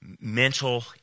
mental